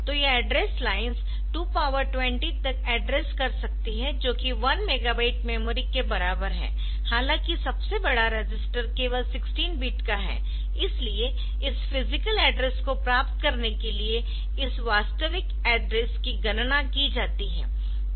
तो ये address lines 220 तक एड्रेस कर सकती है जो कि 1 मेगाबाइट मेमोरी के बराबर है हालाँकि सबसे बड़ा रजिस्टर केवल 16 बिट का है इसलिए इस फिजिकल एड्रेस को प्राप्त करने के लिए इस वास्तविक एड्रेस की गणना की जाती है